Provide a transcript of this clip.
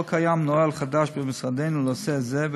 לא קיים נוהל חדש במשרדנו לנושא זה,